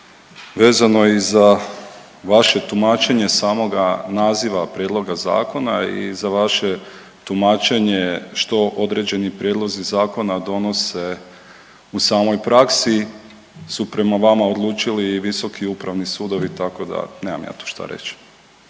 vezano i za vaše tumačenje samoga naziva prijedloga zakona i za vaše tumačenje što određeni prijedlozi zakona donose u samoj praksi su prema vama odlučili i Visoki upravni sudovi tako da nemam ja tu šta reći.